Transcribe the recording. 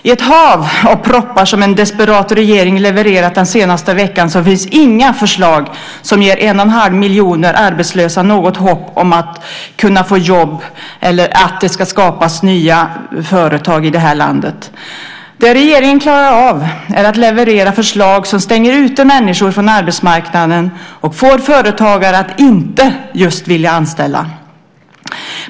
I det hav av proppar som en desperat regering levererat den senaste veckan finns inga förslag som ger 1 1⁄2 miljon arbetslösa hopp om att kunna få jobb eller om att det ska skapas nya företag här i landet. Vad regeringen klarar av är att leverera förslag som stänger ute människor från arbetsmarknaden och får företagare att inte vilja anställa.